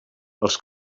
els